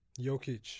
Jokic